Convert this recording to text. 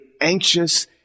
anxious